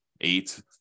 eight